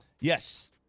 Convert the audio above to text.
Yes